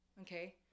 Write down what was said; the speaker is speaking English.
okay